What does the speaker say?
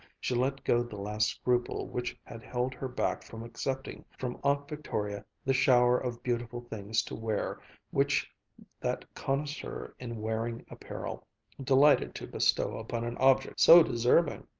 she let go the last scruple which had held her back from accepting from aunt victoria the shower of beautiful things to wear which that connoisseur in wearing apparel delighted to bestow upon an object so deserving.